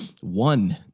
One